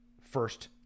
first